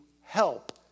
help